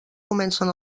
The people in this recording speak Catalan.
comencen